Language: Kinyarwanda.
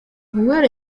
uwera